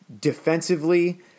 defensively